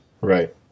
Right